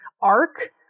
arc